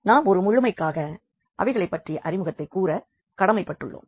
நாம் ஒரு முழுமைக்காக அவைகளை பற்றிய அறிமுகத்தை கூற கடமைப்பட்டுள்ளோம்